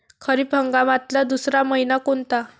खरीप हंगामातला दुसरा मइना कोनता?